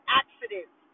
accidents